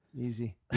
Easy